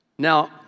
Now